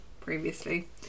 Previously